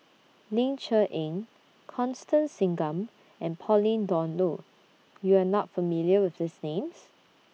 Ling Cher Eng Constance Singam and Pauline Dawn Loh YOU Are not familiar with These Names